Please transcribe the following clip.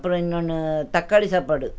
அப்புறோம் இன்னொன்று தக்காளி சாப்பாடு